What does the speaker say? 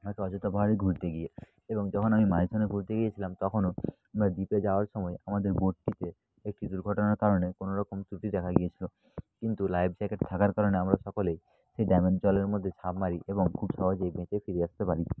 হ্যাঁ তো অযোধ্যা পাহাড়ে ঘুরতে গিয়ে এবং যখন আমি মায়ের সঙ্গে ঘুরতে গিয়েছিলাম তখনও আমরা দ্বীপে যাওয়ার সময় আমাদের বোটটিতে একটি দুর্ঘটনার কারণে কোনো রকম ত্রুটি দেখা গিয়েছিল কিন্তু লাইফ জ্যাকেট থাকার কারণে আমরা সকলেই সেই ড্যামের জলের মধ্যে ঝাঁপ মারি এবং খুব সহজেই বেঁচে ফিরে আসতে পারি